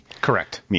Correct